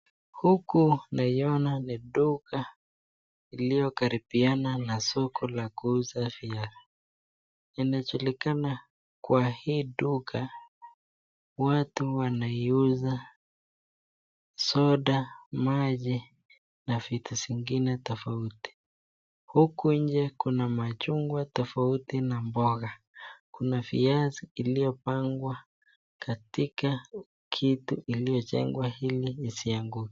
Huku naiona ni duka iliyokaribiana na soko la kuuza viazi inajulikana kwa hii duka watu wanaiuza soda, maji na vitu zingine tofauti. Huku nje kuna machungwa tofauti na mboga, kuna viazi iliyopangwa katika kitu iliyojengwa ili isianguke.